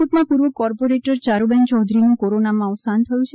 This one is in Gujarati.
રાજકોટ માં પૂર્વ કોર્પોરેટર ચાડુબેન ચૌધરી નું કોરોના માં અવસાન થયું છે